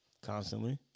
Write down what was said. Constantly